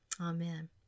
Amen